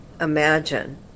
imagine